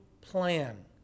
plan